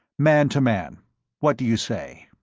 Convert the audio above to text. man to man what do you say?